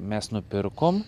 mes nupirkom